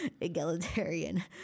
Egalitarian